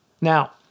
Now